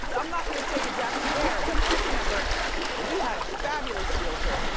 i'm not gonna say exactly where, but i remember we had a fabulous realtor,